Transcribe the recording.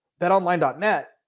betonline.net